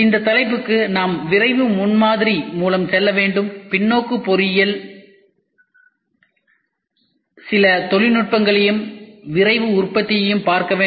இந்த தலைப்புக்கு நாம் விரைவு முன்மாதிரி மூலம் செல்ல வேண்டும் பின்னோக்கு பொறியியல் சில தொழில்நுட்பங்களையும் விரைவு உற்பத்தியையும் பார்க்க வேண்டும்